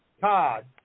Todd